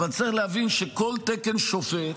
אבל צריך להבין שכל תקן שופט,